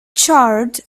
charred